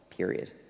period